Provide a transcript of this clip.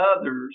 others